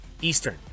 Eastern